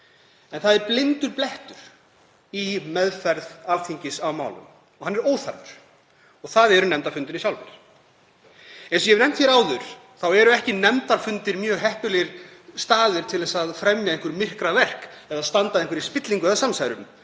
En það er blindur blettur í meðferð Alþingis á málum og hann er óþarfur en það eru nefndafundirnir sjálfir. Eins og ég hef nefnt áður eru nefndarfundir ekki mjög heppilegir staðir til að fremja einhver myrkraverk eða standa að einhverri spillingu eða samsærum.